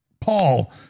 Paul